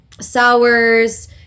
sours